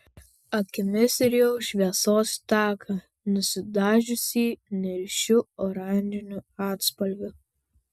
akimis rijau šviesos taką nusidažiusį niršiu oranžiniu atspalviu